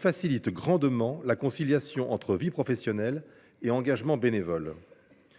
facilite grandement la conciliation entre vie professionnelle et engagement bénévole.